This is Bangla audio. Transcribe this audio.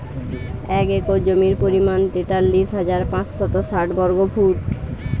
এক একর জমির পরিমাণ তেতাল্লিশ হাজার পাঁচশত ষাট বর্গফুট